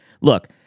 look